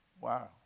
Wow